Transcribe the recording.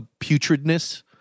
putridness